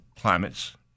climates